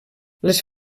les